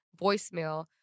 voicemail